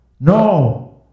No